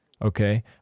Okay